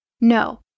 No